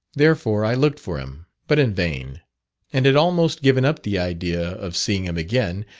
therefore, i looked for him, but in vain and had almost given up the idea of seeing him again,